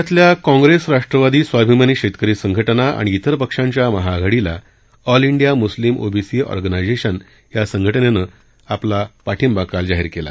राज्यातल्या काँग्रेस राष्ट्रवादी स्वाभिमानी शेतकरी संघटना आणि तिर पक्षांच्या महाआघाडीला All India Muslim OBC Organisation या संघटनेनं आपला काल पाठिंबा जाहीर केला